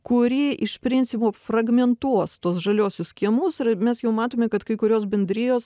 kuri iš principo fragmentuos tuos žaliuosius kiemus ir mes jau matome kad kai kurios bendrijos